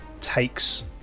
takes